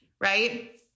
right